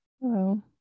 Hello